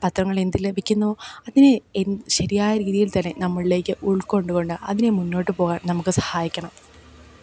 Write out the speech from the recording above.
പത്രങ്ങൾ എന്ത് ലഭിക്കുന്നു അതിനെ എന് ശരിയായ രീതിയില് തന്നെ നമ്മളിലേക്ക് ഉള്ക്കൊണ്ടുകൊണ്ട് അതിനെ മുന്നോട്ട് പോകാന് നമുക്ക് സഹായിക്കണം